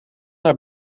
haar